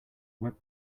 web